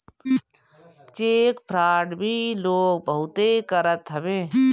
check fraud भी लोग बहुते करत हवे